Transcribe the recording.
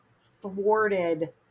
thwarted